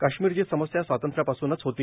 काश्मिरची समस्या स्वातंत्र्यापासूनच होती